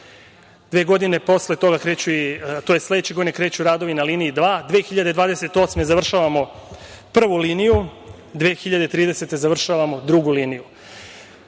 dve godine posle toga, tj. sledeće godine kreću radovi na liniji dva, 2028. godine završavamo prvu liniju, 2030. godine završavamo drugu liniju. Ne